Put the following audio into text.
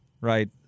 right